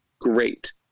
great